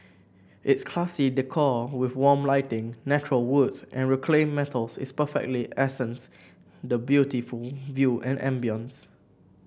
its classy decor with warm lighting natural woods and reclaimed metals is perfectly accents the beautiful view and ambience